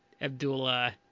Abdullah